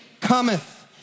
cometh